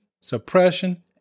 suppression